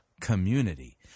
community